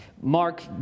Mark